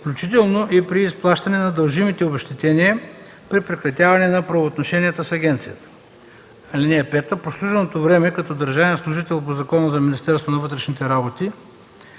включително и при изплащане на дължимите обезщетения при прекратяване на правоотношенията с агенцията. (5) Прослуженото време като държавен служител по Закона за Министерството на вътрешните работи,